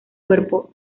cuerpo